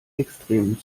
extremen